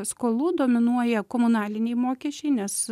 skolų dominuoja komunaliniai mokesčiai nes